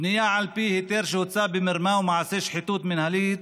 בנייה על פי היתר שהוצא במרמה ומעשי שחיתות מינהלית